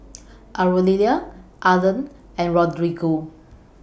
Aurelia Arlen and Rodrigo